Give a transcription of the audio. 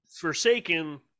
forsaken